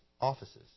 offices